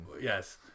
yes